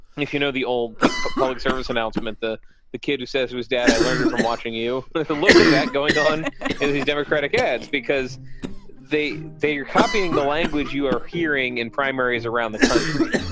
if you know, the old but public service announcement, the the kid who says it was dad, i learned it from watching you. but a little bit of that going on and these democratic ads, because they say you're copying the language you are hearing in primaries around the country.